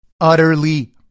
utterly